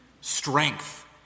strength